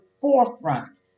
forefront